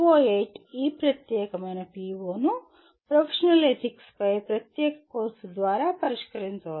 PO8 ఈ ప్రత్యేకమైన PO ను ప్రొఫెషనల్ ఎథిక్స్ పై ప్రత్యేక కోర్సు ద్వారా పరిష్కరించవచ్చు